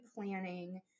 planning